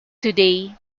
today